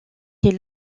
est